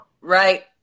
Right